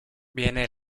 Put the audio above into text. viene